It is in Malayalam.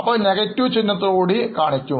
അപ്പോൾ നെഗറ്റീവ് ചിഹ്നത്തോടുകൂടി കാണിക്കും